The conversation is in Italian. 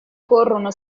corrono